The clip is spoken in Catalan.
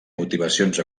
motivacions